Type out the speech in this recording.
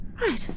Right